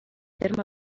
terme